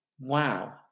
Wow